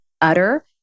utter